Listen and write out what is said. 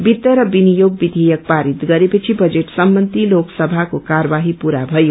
वित्त र विनियोग विधेयक पारित गरे पछि बजेट सम्बन्धी लोकसभाको कार्यवाही पूरा भयो